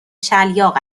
شَلیاق